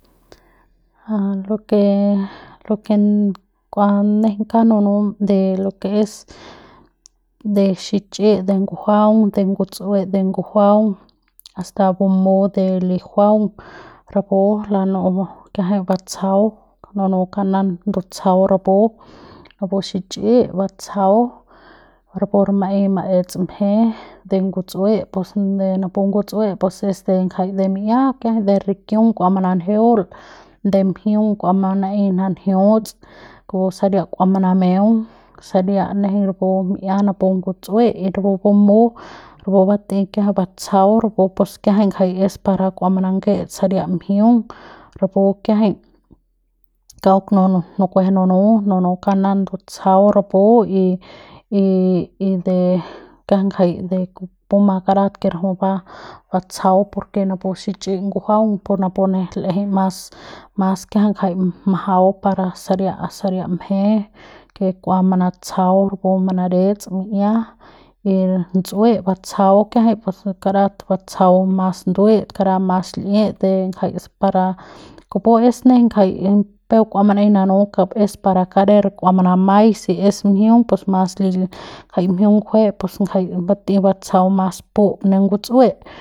A lo ke lo ke k'ua nejeiñ kauk nunu de lo ke es de xichi'i de ngujuaung de nguts'ue de ngujuaung hasta bumu de li juaung rapu lanu'u ke kiajai batsjau nunu kana ndutsjau rapu rapu xichi'i batsjau rapu re maei ma'ets mje de nguts'ue pus de napu nguts'ue pues es de ngjai de mi'ia kiajai de rikiung kua mananjeul de mjiung kua manaei nanjiuts kupu saria kua manameung saria nejeiñ rapu mi'ia napu ngutsue y rapu bumu rapu batei kiajai batsjau rapu pus kiajai jai es para kua manangets sania mjiung rapu kiajai kauk nunu nukueje nunu nunu kanan ndutjsau rapu y y y de kiajai ngjai de kuma karat de rajuik ba batsjau por ke ni pe em pu xichi'i ngujuaung pu napu ne l'ejei mas mas kiajai jai majau par saria saria mje ke kua manatsjau rapu manadets mi'ia y de tsue batsjau kiajai pus karat batsjau mas nduet kara mas l'it de ngjai para kupu es nejei ngjai peuk kua manaei nanu es par kare kua manamai si si es mjiun pus mas li mjiung ngjue pus ngjai batei batsjau mas pup ne nguts'ue.